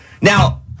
Now